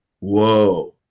Whoa